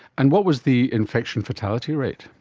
and what was the infection fatality rate?